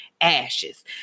ashes